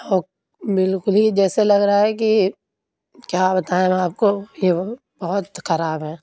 اور بالکل ہی جیسے لگ رہا ہے کہ کیا بتائیں اب آپ کو یہ بہت خراب ہے